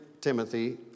Timothy